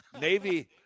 Navy